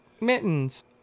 mittens